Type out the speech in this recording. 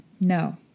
No